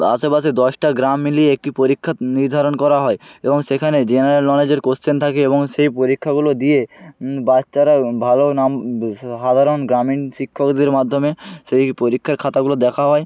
আশেপাশের দশটা গ্রাম মিলিয়ে একটি পরীক্ষা নির্ধারণ করা হয় এবং সেখানে জেনারেল নলেজের কোশ্চেন থাকে এবং সেই পরীক্ষাগুলো দিয়ে বাচ্চারা ভালো নাম সাধারণ গ্রামীণ শিক্ষকদের মাধ্যমে সেই পরীক্ষার খাতাগুলো দেখা হয়